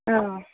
অঁ